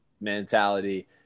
mentality